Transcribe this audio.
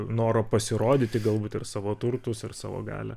noro pasirodyti galbūt ir savo turtus ir savo galią